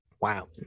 wow